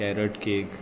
carrot cake